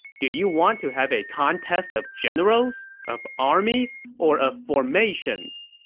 do you want to have a contest of generals? of armies? or of formations?